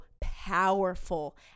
powerful